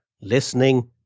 listening